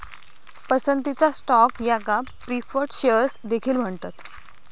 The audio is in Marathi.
पसंतीचा स्टॉक याका प्रीफर्ड शेअर्स देखील म्हणतत